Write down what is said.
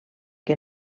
que